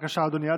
בבקשה, אדוני.